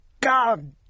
God